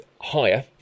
Higher